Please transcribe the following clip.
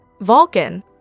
Vulcan